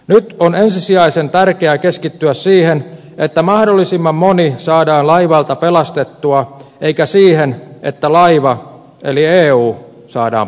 nyt on ensisijaisen tärkeää keskittyä siihen että mahdollisimman moni saadaan laivalta pelastettua eikä siihen että laiva eli eu saadaan pelastettua